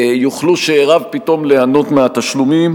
יוכלו שאיריו פתאום ליהנות מהתשלומים.